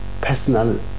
personal